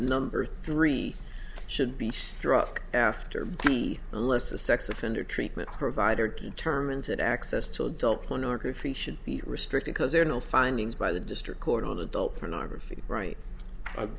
number three should be struck after the less a sex offender treatment provider determines that access to adult pornography should be restricted because there are no findings by the district court on adult pornography right